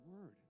word